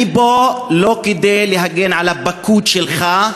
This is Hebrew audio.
אני פה לא כדי להגן על הפקוד שלך,